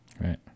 Right